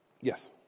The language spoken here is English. Yes